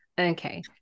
Okay